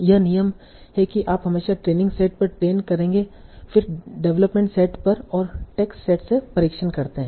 यह नियम है कि आप हमेशा ट्रेनिंग सेट पर ट्रेन करेंगे फिर डेवलपमेंट सेट पर और टेस्ट सेट से परीक्षण करते हैं